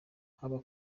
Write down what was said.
haba